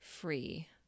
free